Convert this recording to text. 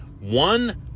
One